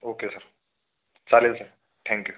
okay sir चालेल sir thank you